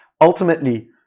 ultimately